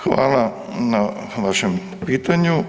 Hvala na vašem pitanju.